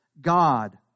God